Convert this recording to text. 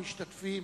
המשתתפים,